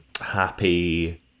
Happy